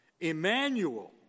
Emmanuel